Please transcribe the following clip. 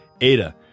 Ada